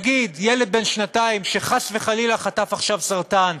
נגיד ילד בין שנתיים שחס וחלילה חטף עכשיו סרטן,